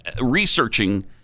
researching